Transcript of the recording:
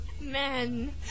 men